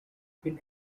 been